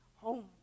home